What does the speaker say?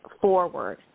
forward